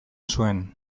zuen